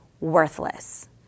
worthless